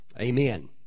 Amen